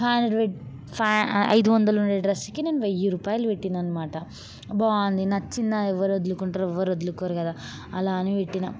five hundred five ఐదువందలు ఉండే డ్రెస్సుకి నేను వయ్యి రూపాయలు పెట్టిన్నాను అనమాట బాగుంది నచ్చింది ఎవరు వదులుకుంటారు ఎవ్వరూ వదులుకోరు కదా అల అని పెట్టినా ను